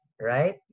right